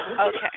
Okay